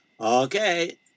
Okay